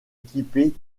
équipés